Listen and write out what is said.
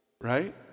right